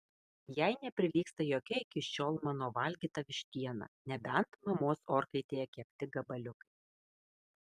jai neprilygsta jokia iki šiol mano valgyta vištiena nebent mamos orkaitėje kepti gabaliukai